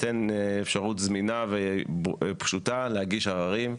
תינתן אפשרות זמינה ופשוטה להגיש עררים,